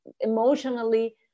emotionally